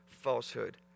falsehood